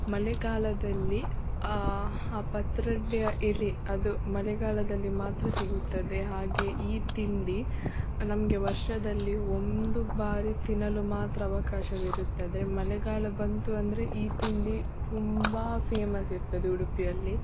ಮಳೆಗಾಲದಲ್ಲಿ ಆ ಪತ್ರೊಡೆಯ ಎಲೆ ಅದು ಮಳೆಗಾಲದಲ್ಲಿ ಮಾತ್ರ ಸಿಗುತ್ತದೆ ಹಾಗೆ ಈ ತಿಂಡಿ ನಮಗೆ ವರ್ಷದಲ್ಲಿ ಒಂದು ಬಾರಿ ತಿನ್ನಲು ಮಾತ್ರ ಅವಕಾಶವಿರುತ್ತದೆ ಮಳೆಗಾಲ ಬಂತು ಅಂದರೆ ಈ ತಿಂಡಿ ತುಂಬ ಫೇಮಸ್ ಇರ್ತದೆ ಉಡುಪಿಯಲ್ಲಿ